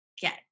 get